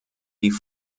die